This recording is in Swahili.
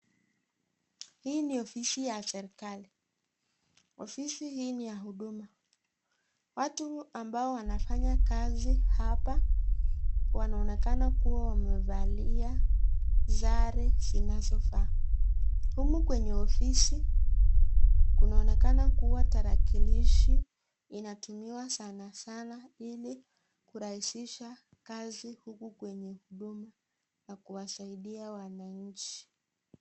Hii ni ofisi ya serekali, ofisi hii ni ya huduma watu ambao wanafanya kazi hapa wanaonekana kuwa wamevalia sare zinazofaa. Humu kwenye ofisi kunaonekana kuwa tarakilishi inatumiwa sana sana ili kurahisisha kazi huku kwenye huduma na kuwasaidia wananchi.